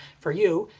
for you,